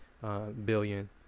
Billion